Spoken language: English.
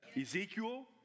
Ezekiel